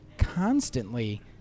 Constantly